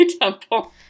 Temple